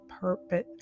purpose